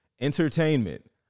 Entertainment